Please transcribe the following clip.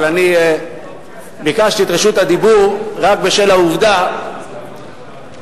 אבל אני ביקשתי את רשות הדיבור רק בשל העובדה שלראשונה